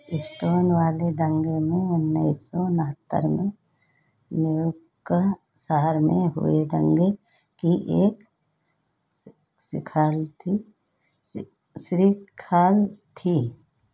इस्कॉ़न वाले दंगे में उन्नीस सौ उनहत्तर में न्यूयॉर्क के शहर में हुए दंगे की एक सि सिखाल थी सि श्रीखाल थी